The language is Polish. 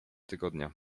tygodnia